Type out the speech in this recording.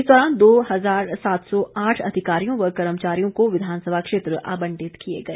इस दौरान दो हजार सात सौ आठ अधिकारियों व कर्मचारियों को विधानसभा क्षेत्र आबंटित किए गए